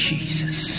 Jesus